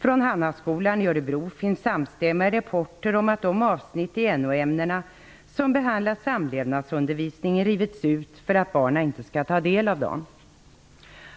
Från Hannaskolan i Örebro finns samstämmiga rapporter om att de avsnitt i NO-ämnena som behandlar samlevnadsundervisningen rivits ut för att barnen inte skall ta del av dem.